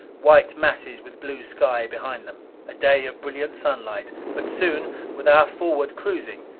white masses with blue sky behind them. a day of brilliant sunlight. but soon, with our forward cruising,